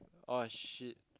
oh shit